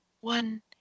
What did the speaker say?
one